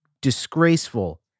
disgraceful